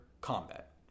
combat